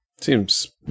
Seems